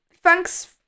Thanks